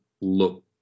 look